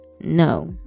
no